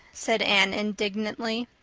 said anne indignantly.